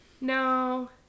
no